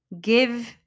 Give